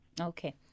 Okay